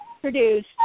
produced